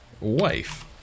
wife